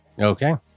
Okay